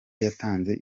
yatanze